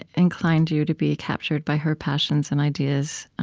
inclined you to be captured by her passions and ideas?